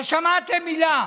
לא שמעתם מילה.